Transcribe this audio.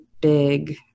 big